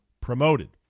promoted